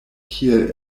kiel